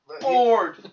bored